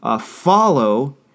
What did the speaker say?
follow